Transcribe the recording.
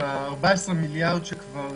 ה-14 מיליארד כבר